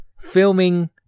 filming